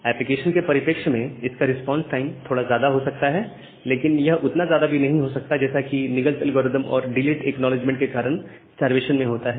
application के परिप्रेक्ष्य में इसका रिस्पांस टाइम थोड़ा ज्यादा हो सकता है लेकिन यह इतना ज्यादा भी नहीं हो सकता है जैसा कि निगलस एल्गोरिदम और डिलेड एक्नॉलेजमेंट के कारण स्टार्वेशन में होता है